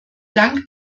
dank